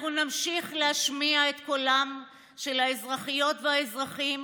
אנחנו נמשיך להשמיע את קולם של האזרחיות והאזרחים